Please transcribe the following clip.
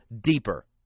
deeper